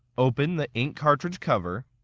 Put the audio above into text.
open the ink cartridge cover.